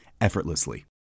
effortlessly